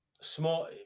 small